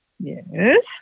Yes